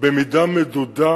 במידה מדודה,